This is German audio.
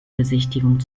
besichtigung